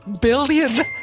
billion